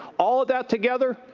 all of that together,